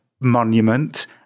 monument